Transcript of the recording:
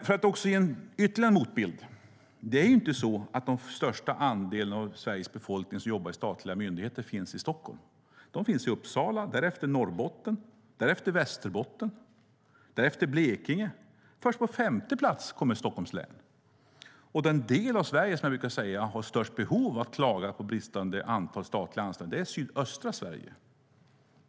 Jag ska ge ytterligare en motbild. Det är inte så att den största andelen av Sveriges befolkning som jobbar i statliga myndigheter finns i Stockholm. Dessa människor finns i Uppsala, därefter Norrbotten, därefter Västerbotten och därefter Blekinge. Först på femte plats kommer Stockholms län. Den del av Sverige som har störst behov av att klaga på bristande antal statliga anställningar är sydöstra Sverige.